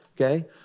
okay